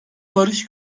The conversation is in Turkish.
barış